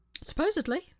Supposedly